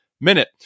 minute